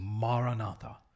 Maranatha